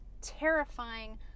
terrifying